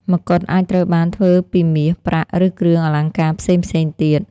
មកុដ អាចត្រូវបានធ្វើពីមាស ប្រាក់ ឬគ្រឿងអលង្ការផ្សេងៗទៀត។